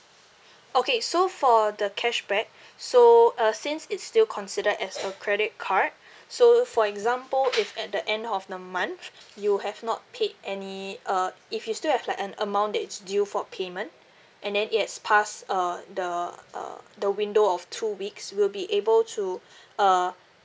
okay so for the cashback so uh since it's still considered as a credit card so for example if at the end of the month you have not paid any uh if you still have like an amount that is due for payment and then it has past uh the uh the window of two weeks we'll be able to uh